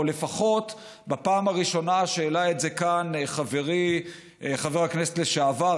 או לפחות בפעם הראשונה שהעלה את זה כאן חברי חבר הכנסת לשעבר,